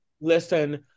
listen